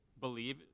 believe